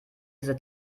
diese